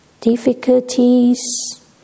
difficulties